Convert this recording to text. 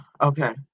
Okay